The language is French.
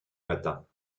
matin